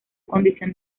condición